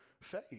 faith